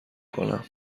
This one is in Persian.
کنم